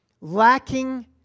lacking